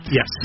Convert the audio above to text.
Yes